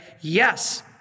Yes